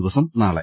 ദിവസം നാളെ